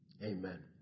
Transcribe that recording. Amen